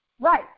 right